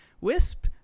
Wisp